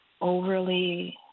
overly